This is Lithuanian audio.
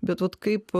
bet vat kaip